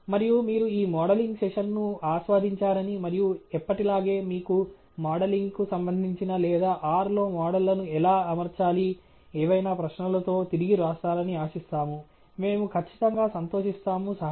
మరియు మీరు ఈ మోడలింగ్ సెషన్ను ఆస్వాదించారని మరియు ఎప్పటిలాగే మీకు మోడలింగ్కు సంబంధించిన లేదా R లో మోడళ్లను ఎలా అమర్చాలి ఏవైనా ప్రశ్నలతో తిరిగి వ్రాస్తారని ఆశిస్తాము మేము ఖచ్చితంగా సంతోషిస్తాము సహాయం